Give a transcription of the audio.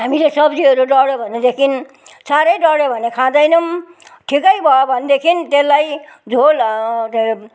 हामीले सब्जीहरू डढ्यो भनेदेखि साह्रै डढ्यो भने खाँदैनौँ ठिकै भयो भनेदेखि त्यसलाई झोल के अरे